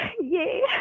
Yay